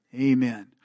Amen